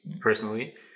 personally